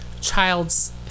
child's